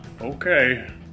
Okay